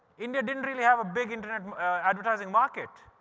india didn't really have a big internet advertising market.